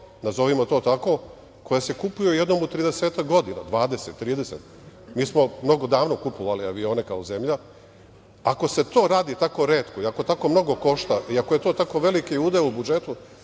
nazovimo to tako, koja se kupuje jednom u 30-ak godina, 20, 30, mi smo mnogo davno kupovali avione kao zemlja. Ako se to radi tako retko i ako tako mnogo košta i ako je to tako veliki udeo u budžetu,